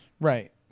Right